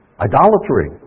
Idolatry